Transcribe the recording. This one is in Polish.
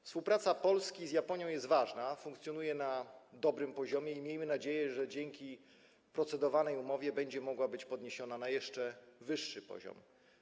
Współpraca Polski z Japonią jest ważna, funkcjonuje na dobrym poziomie i miejmy nadzieję, że dzięki procedowanej umowie będzie mogła być podniesiona na jeszcze wyższy poziom.